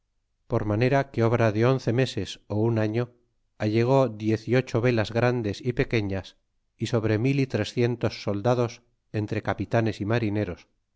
por manera que obra de once meses ó un año allegó diez y ocho velas grandes y pequeñas y sobre mil y trecientos soldados entre capitanes y marineros